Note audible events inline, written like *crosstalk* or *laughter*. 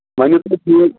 *unintelligible*